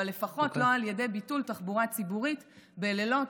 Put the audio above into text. אבל לפחות לא על ידי ביטול תחבורה ציבורית בלילות,